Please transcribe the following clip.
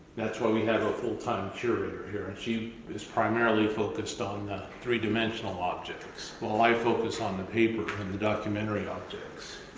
that's why we have a full-time curator here and she is primarily focused on the three-dimensional objects while i focus on the paper from the documentary objects.